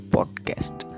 Podcast